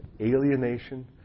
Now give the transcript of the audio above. alienation